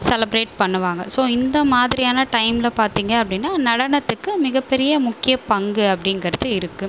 celebrate பண்ணுவாங்க so இந்த மாதிரியான டைம்ல பார்த்திங்க அப்படினா நடனத்துக்கு மிகப்பெரிய முக்கிய பங்கு அப்படிங்கறது இருக்கு